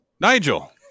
Nigel